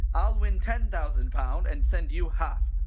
i'll win ten thousand pound, and send you half.